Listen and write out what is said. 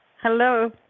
Hello